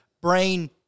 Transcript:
brain